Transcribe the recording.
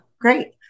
Great